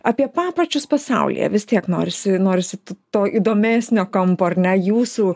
apie papročius pasaulyje vis tiek norisi norisi to įdomesnio kampo ar ne jūsų